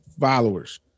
followers